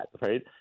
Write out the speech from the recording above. right